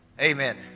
Amen